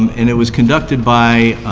um and it was conducted by